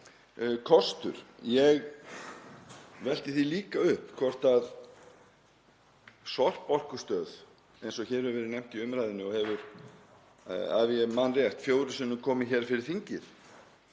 Ég velti því líka upp hvort sorporkustöð, eins og hér hefur verið nefnd í umræðunni og hefur, ef ég man rétt, fjórum sinnum komið hér fyrir þingið,